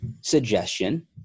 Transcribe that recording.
suggestion